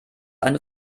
eine